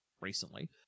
recently